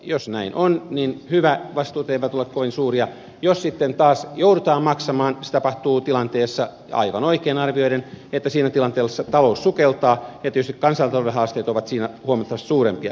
jos näin on niin hyvä vastuut eivät ole kovin suuria jos sitten taas joudutaan maksamaan se tapahtuu siinä tilanteessa aivan oikein arvioiden että talous sukeltaa ja tietysti kansantalouden haasteet ovat siinä huomattavasti suurempia